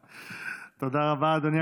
תודה רבה, אדוני.